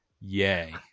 Yay